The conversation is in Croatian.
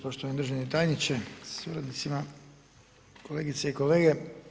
Poštovani državni tajniče sa suradnicima, kolegice i kolege.